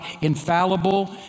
infallible